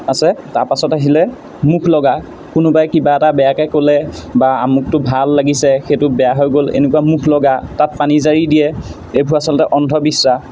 আছে তাৰপাছত আহিলে মুখলগা কোনোবাই কিবা এটা বেয়াকৈ ক'লে বা আমুকটো ভাল লাগিছে সেইটো বেয়া হৈ গ'ল এনেকুৱা মুখলগা তাত পানী জাৰি দিয়ে এইবোৰ আচলতে অন্ধবিশ্বাস